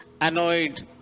annoyed